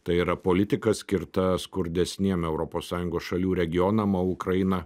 tai yra politika skirta skurdesniem europos sąjungos šalių regionam o ukraina